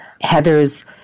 Heather's